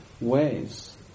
ways